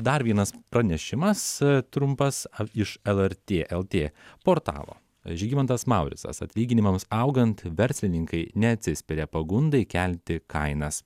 dar vienas pranešimas trumpas iš lrt lt portalo žygimantas mauricas atlyginimams augant verslininkai neatsispiria pagundai kelti kainas